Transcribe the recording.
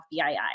BII